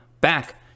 back